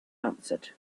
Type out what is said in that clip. answered